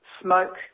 smoke